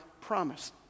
promise